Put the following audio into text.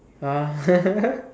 !huh!